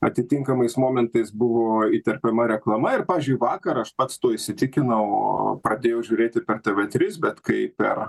atitinkamais momentais buvo įterpiama reklama ir pavyzdžiui vakar aš pats tuo įsitikinau pradėjau žiūrėti per tave tris bet kai per